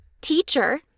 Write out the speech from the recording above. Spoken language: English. teacher